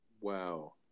Wow